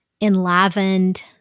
enlivened